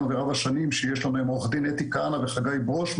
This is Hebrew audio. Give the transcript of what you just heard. ורב השנים שיש לנו עם עורכי הדין אתי כהנא וחגי בראש,